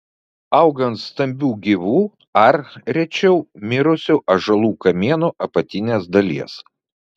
auga ant stambių gyvų ar rečiau mirusių ąžuolų kamienų apatinės dalies